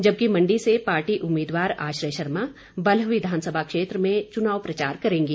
जबकि मंडी से पार्टी उम्मीदवार आश्रय शर्मा बल्ह विधानसभा क्षेत्र में चुनाव प्रचार करेंगे